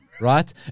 Right